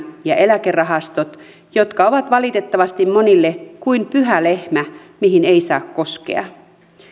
ja eläkerahastot jotka ovat valitettavasti monille kuin pyhä lehmä mihin ei saa koskea